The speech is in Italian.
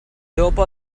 dopo